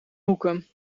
hoeken